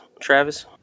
Travis